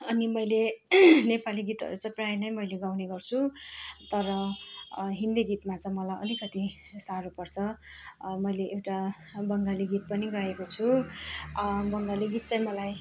अनि मैले नेपाली गीतहरू चाहिँ प्रायः नै मैले गाउने गर्छु तर हिन्दी गीतमा चाहिँ मलाई अलिकति साह्रो पर्छ मैले एउटा बङ्गाली गीत पनि गाएको छु बङ्गाली गीत चाहिँ मलाई